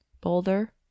Boulder